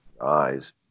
eyes